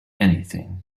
anything